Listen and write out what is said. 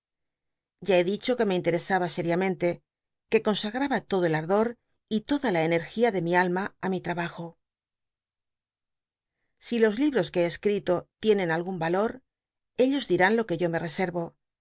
ya be dicho que me interesaba seriamente que consagraba todo el ardo r y toda la energía de mi alma ü mi trabajo si los libros que he escrito tienen algun alor ellos dinin lo que yo me rcsen